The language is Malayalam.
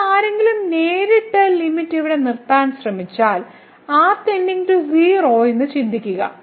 ഇപ്പോൾ ആരെങ്കിലും നേരിട്ട് ലിമിറ്റ് ഇവിടെ നിർത്താൻ ശ്രമിച്ചാൽ r 0 എന്ന് ചിന്തിക്കുക